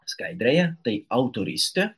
skaidrėje tai autoryste